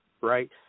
right